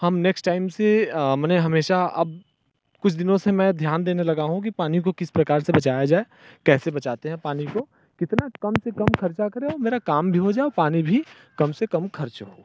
हम next time से माने हमेशा अब कुछ दिनों से मैं ध्यान देने लगा हूँ कि पानी को किस प्रकार से बचाया जाए कैसे बचाते हैं पानी को कितना कम से कम कम खर्च करें और मेरा काम भी हो जाए पानी भी कम से कम खर्च हो